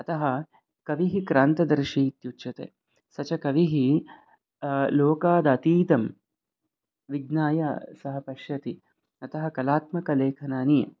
अतः कविः क्रान्तदर्शी इत्युच्यते स च कविः लोकादतीतं विज्ञाय सः पश्यति अतः कलात्मकलेखनानि